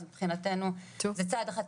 אז מבחינתנו זה צעד אחד קטן.